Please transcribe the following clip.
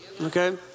okay